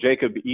Jacob